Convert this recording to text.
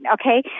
Okay